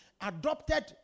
Adopted